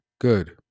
good